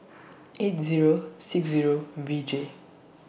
eight Zero six Zero V J